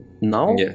Now